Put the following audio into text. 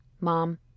Mom